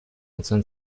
انسان